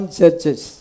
churches